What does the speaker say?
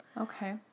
Okay